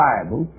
Bible